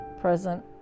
present